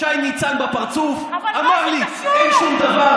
שי ניצן בפרצוף אמר לי שאין שום דבר.